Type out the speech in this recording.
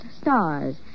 stars